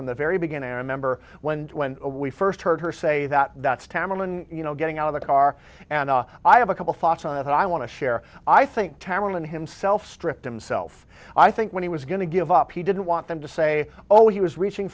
from the very beginning i remember when when we first heard her say that time alone you know getting out of the car and i have a couple thoughts on it i want to share i think carolyn himself stripped him self i think when he was going to give up he didn't want them to say oh he was reaching